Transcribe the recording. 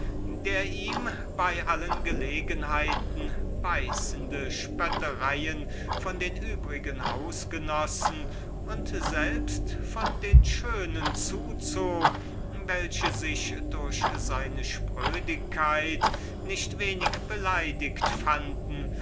der ihm bei allen gelegenheiten sehr beißende spöttereien von den übrigen hausgenossen und selbst von den schönen zuzog die sich durch seine sprödigkeit nicht wenig beleidigt fanden